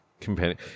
companion